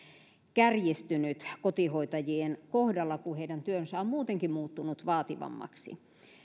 kärjistynyt kotihoitajien kohdalla kun heidän työnsä on muutenkin muuttunut vaativammaksi